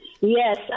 Yes